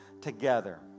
together